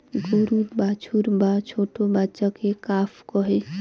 গরুর বাছুর বা ছোট্ট বাচ্চাকে কাফ কহে